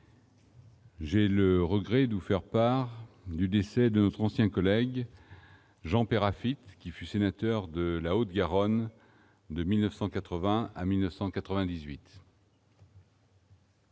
J'ai le regret, nous faire part du décès de notre ancien collègue Jean-Pierre à Philippe, qui fut sénateur de la Haute-Garonne de 1980 à 1998.